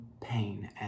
pain